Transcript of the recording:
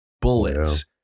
bullets